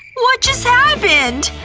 what just happened!